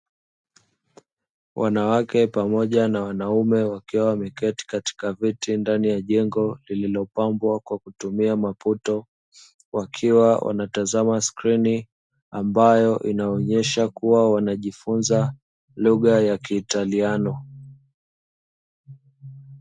Wanawake pamoja na wanaume wakiwa wameketi katika viti ndani ya jengo lililopambwa kwa kutumia maputo, wakiwa wanatazama skrini ambayo inaonyesha kuwa wanajifunza lugha ya kiitaliano.